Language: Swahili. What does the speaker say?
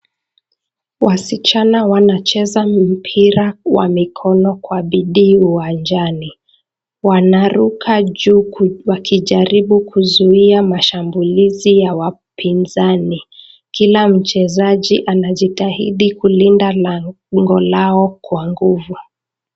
Wasichana wanacheza mpira wa mikono kwa bidii uwanjani. Wanaruka juu wakijaribu kuzuia mashambulizi ya wapinzani. Kila mchezaji anajitahidi kulinda lango lao kwa nguvu.